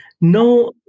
No